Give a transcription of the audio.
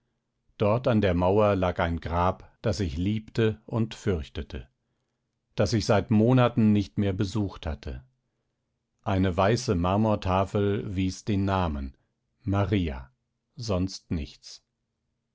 dort an der mauer lag ein grab das ich liebte und fürchtete das ich seit monaten nicht mehr besucht hatte eine weiße marmortafel wies den namen maria sonst nichts